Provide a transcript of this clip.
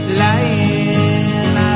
lying